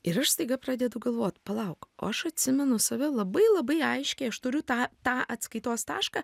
ir aš staiga pradedu galvot palauk o aš atsimenu save labai labai aiškiai aš turiu tą tą atskaitos tašką